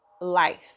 life